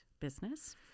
business